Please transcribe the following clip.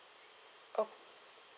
oh